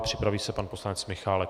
Připraví se pan poslanec Michálek.